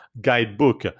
guidebook